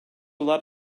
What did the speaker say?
lot